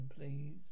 please